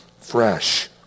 fresh